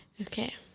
Okay